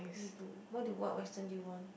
me too what do what Western do you want